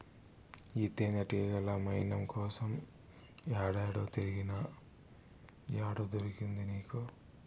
ఈ తేనెతీగల మైనం కోసం ఏడేడో తిరిగినా, ఏడ దొరికింది నీకు